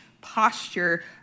posture